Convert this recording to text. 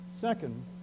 Second